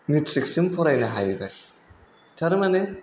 मेट्रिकसिम फरायनो हायैबाय थारमाने